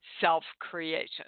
self-creation